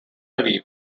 aviv